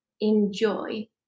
enjoy